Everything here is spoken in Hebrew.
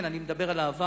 כן, אני מדבר על העבר.